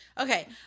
okay